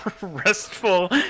restful